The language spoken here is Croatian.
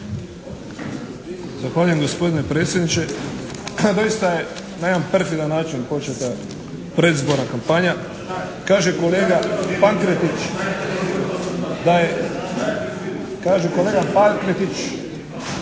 Zahvaljujem gospodine predsjedniče. Doista je na jedan perfidan način početa predizborna kampanja. Kaže kolega Pankretić da je zaštita nacionalnih